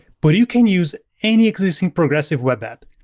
but you can use any existing progressive web app.